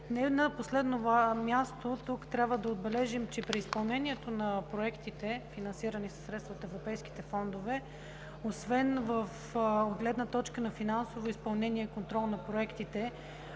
Не на последно място, трябва да отбележим, че при изпълнението на проектите, финансирани със средства от европейските фондове, освен от гледна точка на финансово изпълнение и контрол на проектите,